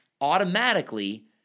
automatically